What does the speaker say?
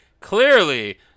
clearly